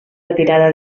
retirada